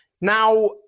now